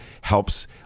helps